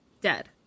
dead